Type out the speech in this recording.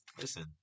listen